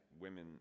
Women